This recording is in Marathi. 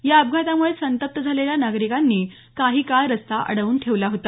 या अपघातामुळे संतप्त झालेल्या गावकऱ्यांनी काही काळ रस्ता अडवून ठेवला होता